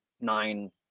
nine